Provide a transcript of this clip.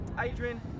Adrian